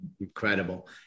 Incredible